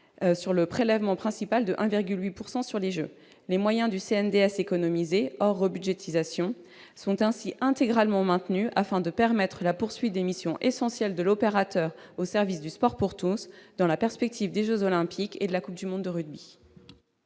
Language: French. sur le prélèvement principal de 1,8 % sur les jeux. Les moyens du CNDS économisés- hors rebudgétisation -sont ainsi intégralement maintenus, afin de lui permettre de poursuivre ses missions essentielles au service du sport pour tous, dans la perspective des jeux Olympiques et Paralympiques de 2024